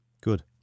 Good